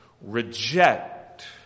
Reject